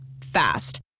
Fast